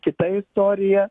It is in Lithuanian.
kita istorija